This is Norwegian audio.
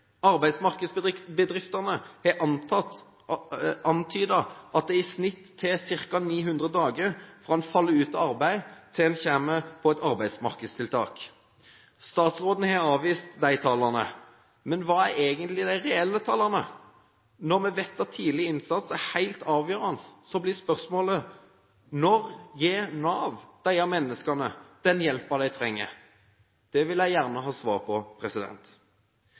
har antydet at det i snitt tar ca. 900 dager fra man faller ut av arbeid, til man kommer på et arbeidsmarkedstiltak. Statsråden har avvist de tallene, men hva er egentlig de reelle tallene? Når vi vet at tidlig innsats er helt avgjørende, blir spørsmålet: Når gir Nav disse menneskene den hjelpen de trenger? Det vil jeg gjerne ha svar på.